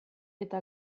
eta